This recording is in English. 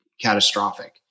catastrophic